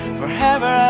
forever